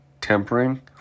Tempering